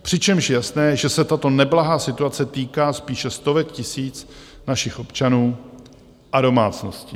Přičemž je jasné, že se tato neblahá situace týká spíše stovek tisíc našich občanů a domácností.